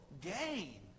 gain